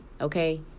okay